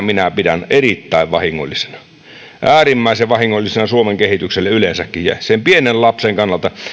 minä pidän erittäin vahingollisena äärimmäisen vahingollisena suomen kehitykselle yleensäkin ja sen pienen lapsen kannalta